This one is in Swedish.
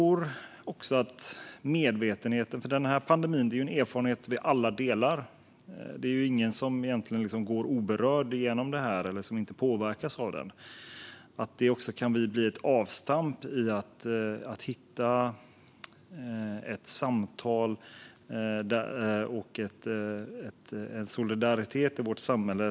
Pandemin är ju en erfarenhet vi alla delar - det är egentligen ingen som går oberörd igenom den eller inte påverkas av den - och jag tror att den kan bli ett avstamp för att hitta ett samtal och en solidaritet i vårt samhälle.